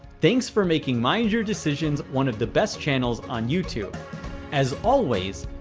thanks for making mind your decisions one of the best channels on youtube as always,